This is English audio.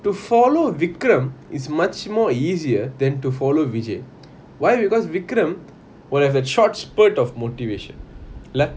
to follow vikram is much more easier than to follow vijay why because vikram will have a short spurt of motivation like